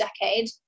decade